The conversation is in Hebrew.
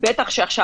בטח עכשיו,